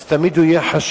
אז תמיד הוא יהיה חשוד.